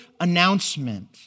announcement